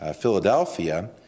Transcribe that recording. Philadelphia